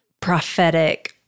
prophetic